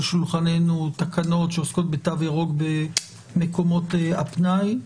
שולחננו תקנות שעוסקות בתו ירוק במקומות הפנאי.